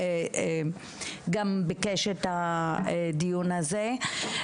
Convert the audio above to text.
שגם ביקש את קיום הדיון הזה.